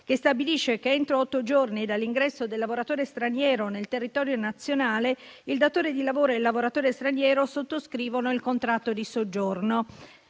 che stabilisce che, entro otto giorni dall'ingresso del lavoratore straniero nel territorio nazionale, il datore di lavoro e il lavoratore straniero sottoscrivono il contratto di soggiorno.